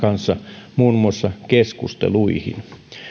kanssa muun muassa keskusteluihin